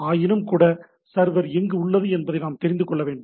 ஆயினும்கூட சர்வர் எங்கு உள்ளது என்பதை அது தெரிந்து கொள்ள வேண்டும்